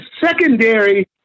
secondary